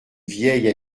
vieille